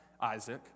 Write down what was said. Isaac